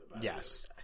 Yes